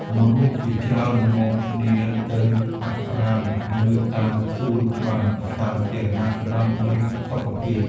មនុស្សជាច្រើននាំគ្នាទៅហាត់ប្រាណនៅតាមសួនច្បារសាធារណៈ ដើម្បីសុខភាព។